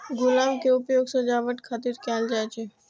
गुलाब के उपयोग सजावट खातिर कैल जाइ छै